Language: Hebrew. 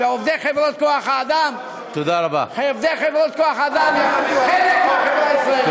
עובדי חברות כוח-האדם הם חלק מהחברה הישראלית.